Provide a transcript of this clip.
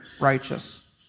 righteous